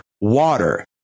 water